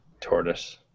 tortoise